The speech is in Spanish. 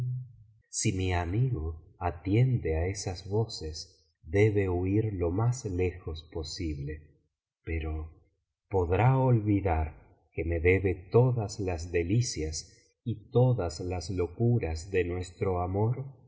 si mi amigo atiende á esas voces debe luár jo más lejos posible pero podrá olvidar que me debe todas las delicias y todas las locuras de nuestro amoví